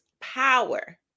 power